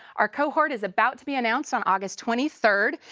our cohort is about to be announced on august twenty third.